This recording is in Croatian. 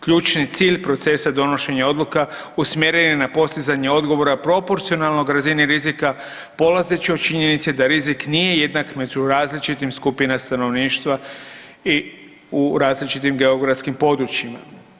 Ključni cilj procesa donošenja odluka usmjeren je na postizanje odgovora proporcionalnog razini rizika polazeći od činjenice da rizik nije jednak među različitim skupinama stanovništva i u različitom geografskim područjima.